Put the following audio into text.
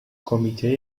کمیته